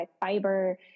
fiber